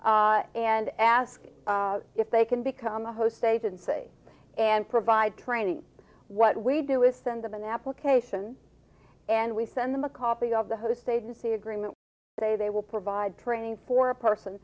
and ask if they can become a host state and say and provide training what we do is send them an application and we send them a copy of the host agency agreement they they will provide training for a person